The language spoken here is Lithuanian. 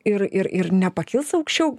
ir ir ir nepakils aukščiau